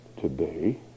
today